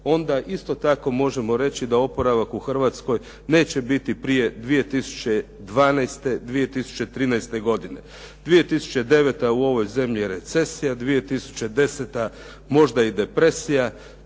onda isto tako možemo reći da oporavak u Hrvatskoj neće biti prije 2012., 2013. godine. 2009. godine u ovoj zemlji je recesija. 2010. možda i depresija.